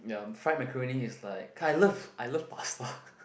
ya fried macaroni is like I love I love pasta